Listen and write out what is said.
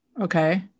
Okay